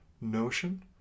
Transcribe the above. Notion